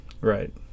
Right